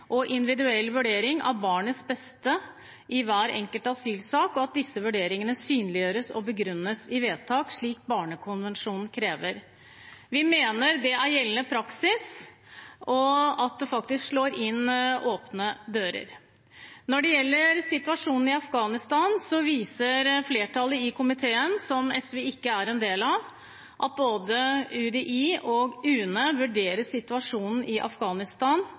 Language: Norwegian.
og individuell vurdering av barnets beste i hver enkelt asylsak, og at disse vurderingene synliggjøres og begrunnes i vedtak, slik Barnekonvensjonen krever.» Vi mener det er gjeldende praksis, og at det faktisk slår inn åpne dører. Når det gjelder situasjonen i Afghanistan, viser flertallet i komiteen – som SV ikke er en del av – til at både UDI og UNE vurderer situasjonen i Afghanistan